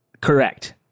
Correct